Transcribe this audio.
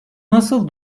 nasıl